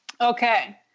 Okay